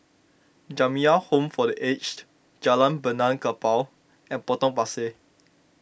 Jamiyah Home for the Aged Jalan Benaan Kapal and Potong Pasir